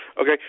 Okay